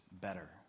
better